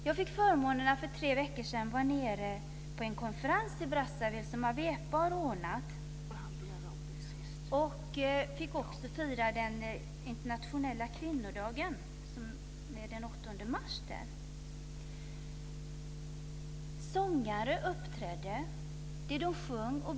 Jag fick förmånen att för tre veckor sedan delta i en konferens i Brazzaville som Awepa ordnat. Jag fick också fira den internationella kvinnodagen, den 8 mars, där. Sångare uppträdde.